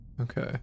Okay